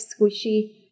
squishy